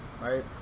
Right